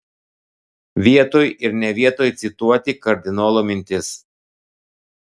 vietoj ir ne vietoj cituoti kardinolo mintis